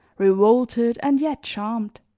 revolted and yet charmed.